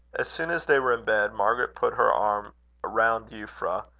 as soon as they were in bed, margaret put her arm round euphra,